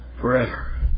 forever